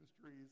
trees